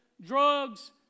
Drugs